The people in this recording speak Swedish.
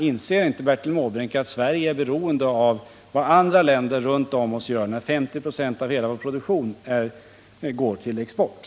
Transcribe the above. Inser inte Bertil Måbrink att Sverige är beroende av vad andra länder runt om oss gör, när 50 96 av hela vår produktion går till export?